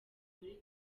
muri